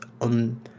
on